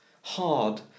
Hard